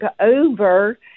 over